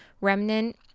Remnant